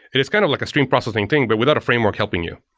it is kind of like a stream processing thing, but without a framework helping you.